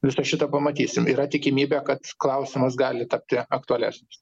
visa šita pamatysim yra tikimybė kad klausimas gali tapti aktualesnis